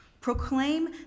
Proclaim